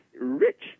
rich